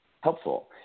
helpful